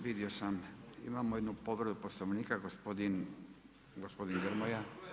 Vidio sam, imamo jednu povredu poslovnika, gospodin Grmoja.